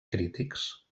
crítics